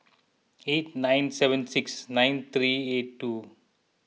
eight nine seven six nine three eight two